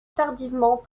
tardivement